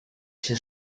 się